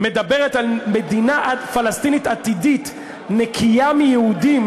מדברת על מדינה פלסטינית עתידית נקייה מיהודים,